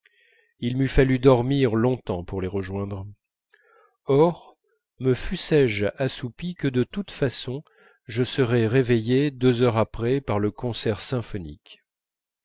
il m'eût fallu dormir longtemps pour les rejoindre or me fussé je assoupi que de toutes façons je serais réveillé deux heures après par le concert symphonique